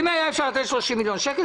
אם היה אפשר לתת 30 מיליון שקל,